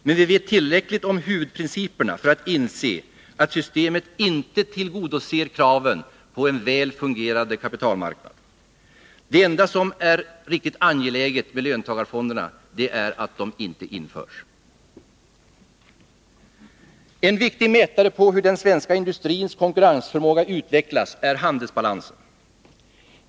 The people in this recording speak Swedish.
Men vi vet tillräckligt om huvudprinciperna för att inse att systemet inte tillgodoser kraven på en väl fungerande kapitalmarknad. Det enda som är riktigt angeläget med löntagarfonderna är att de inte införs. En viktig mätare på hur den svenska industrins konkurrensförmåga utvecklas är handelsbalansen.